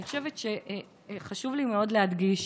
חשוב לי מאוד להדגיש: